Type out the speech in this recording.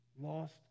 lost